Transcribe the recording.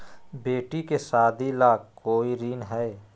बेटी के सादी ला कोई ऋण हई?